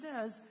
says